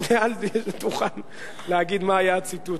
לא נעים להגיד מעל הדוכן מה היה הציטוט.